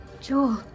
Joel